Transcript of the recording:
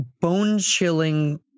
bone-chilling